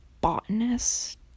botanist